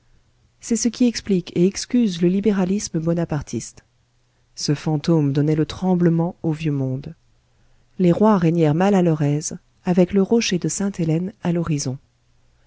c'est ce qui explique et excuse le libéralisme bonapartiste ce fantôme donnait le tremblement au vieux monde les rois régnèrent mal à leur aise avec le rocher de sainte-hélène à